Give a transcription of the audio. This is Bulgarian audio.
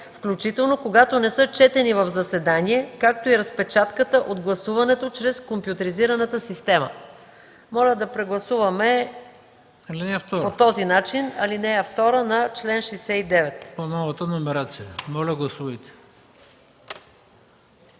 включително когато не са четени в заседание, както и разпечатката от гласуването чрез компютризираната система”. Моля да прегласуваме по този начин ал. 2 на чл. 69.